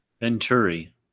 Venturi